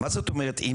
מה זאת אומרת אם